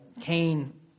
Cain